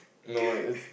no eh it's